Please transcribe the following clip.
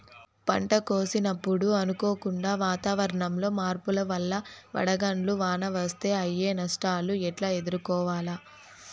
పంట కోసినప్పుడు అనుకోకుండా వాతావరణంలో మార్పుల వల్ల వడగండ్ల వాన వస్తే అయ్యే నష్టాలు ఎట్లా ఎదుర్కోవాలా?